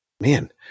man